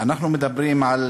אנחנו מדברים על